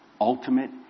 Ultimate